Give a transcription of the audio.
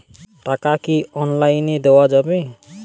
টাকা কি অনলাইনে দেওয়া যাবে?